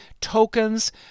tokens